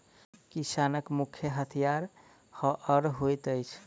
किसानक मुख्य हथियार हअर होइत अछि